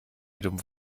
jedem